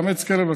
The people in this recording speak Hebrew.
לאמץ כלב,